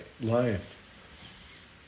life